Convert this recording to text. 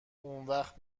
اونوقت